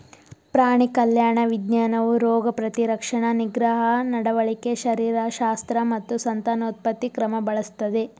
ಪ್ರಾಣಿ ಕಲ್ಯಾಣ ವಿಜ್ಞಾನವು ರೋಗ ಪ್ರತಿರಕ್ಷಣಾ ನಿಗ್ರಹ ನಡವಳಿಕೆ ಶರೀರಶಾಸ್ತ್ರ ಮತ್ತು ಸಂತಾನೋತ್ಪತ್ತಿ ಕ್ರಮ ಬಳಸ್ತದೆ